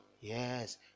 Yes